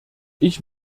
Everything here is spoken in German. ich